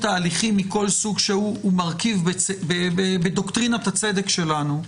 ההליכים מכל סוג שהוא הוא מרכיב בדוקטרינת הצדק שלנו,